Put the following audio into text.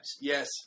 Yes